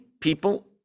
people